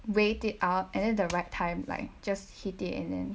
wait it out and then the right time like just hit it and then